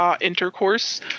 intercourse